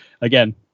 again